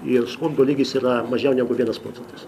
ir skurdo lygis yra mažiau negu vienas procentas